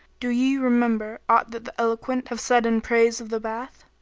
do ye remember aught that the eloquent have said in praise of the bath?